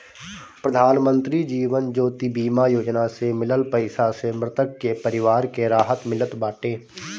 प्रधानमंत्री जीवन ज्योति बीमा योजना से मिलल पईसा से मृतक के परिवार के राहत मिलत बाटे